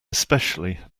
especially